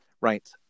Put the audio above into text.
right